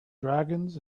dragons